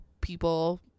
People